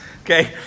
Okay